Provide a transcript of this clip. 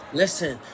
listen